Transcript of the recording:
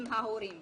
ההורים.